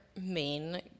main